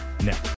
next